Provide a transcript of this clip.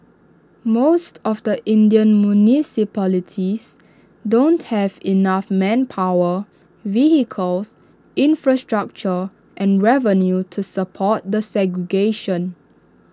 most of the Indian municipalities don't have enough manpower vehicles infrastructure and revenue to support the segregation